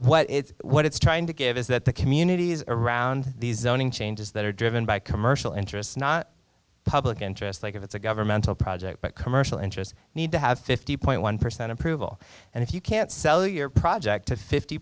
what it's what it's trying to give is that the communities around the zoning changes that are driven by commercial interests not public interest like it's a governmental project but commercial interest need to have fifty point one percent approval and if you can't sell your project to fifty